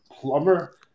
plumber